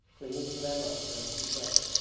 clinging to their mothers and to each other,